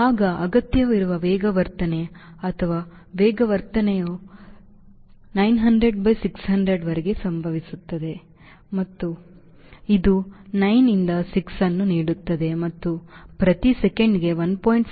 ಆಗ ಅಗತ್ಯವಿರುವ ವೇಗವರ್ಧನೆ ಅಥವಾ ವೇಗವರ್ಧನೆಯು 900 by 600 ರವರೆಗೆ ಸಂಭವಿಸುತ್ತದೆ ಮತ್ತು ಇದು 9 ರಿಂದ 6 ಅನ್ನು ನೀಡುತ್ತದೆ ಮತ್ತು ಅದು ಪ್ರತಿ ಸೆಕೆಂಡಿಗೆ 1